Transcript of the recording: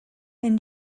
and